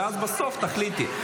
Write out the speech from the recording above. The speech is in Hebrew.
ואז בסוף תחליטי.